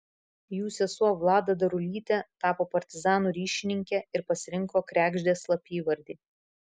jų sesuo vlada darulytė tapo partizanų ryšininkė ir pasirinko kregždės slapyvardį